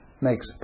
makes